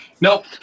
Nope